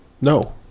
No